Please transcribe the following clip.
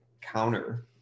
counter